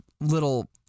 little